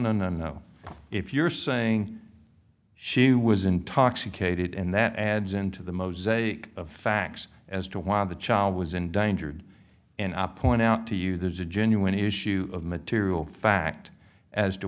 no no no if you're saying she was intoxicated and that adds into the mosaic of facts as to why the child was endangered and i point out to you there's a genuine issue of material fact as to